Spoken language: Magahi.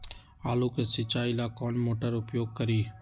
आलू के सिंचाई ला कौन मोटर उपयोग करी?